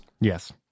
Yes